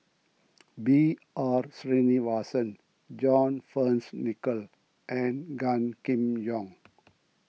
B R Sreenivasan John Fearns Nicoll and Gan Kim Yong